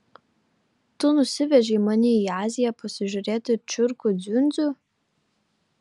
tu nusivežei mane į aziją pasižiūrėti čiurkų dziundzių